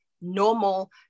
normal